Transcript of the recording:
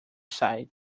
side